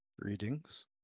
Greetings